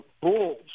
Bulls